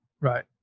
Right